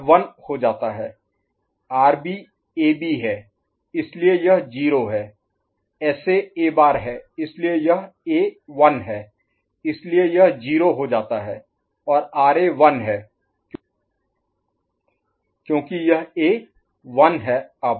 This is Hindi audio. तो यह 1 हो जाता है आरबी ए बी है इसलिए यह 0 है SA ए बार A' है इसलिए यह A 1 है इसलिए यह 0 हो जाता है और RA 1 है क्योंकि यह A 1 है अब